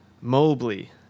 Mobley